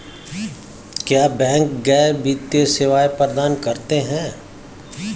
क्या बैंक गैर वित्तीय सेवाएं प्रदान करते हैं?